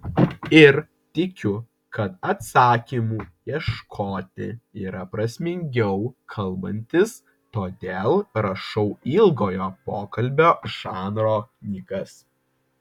ir tikiu kad atsakymų ieškoti yra prasmingiau kalbantis todėl rašau ilgojo pokalbio žanro knygas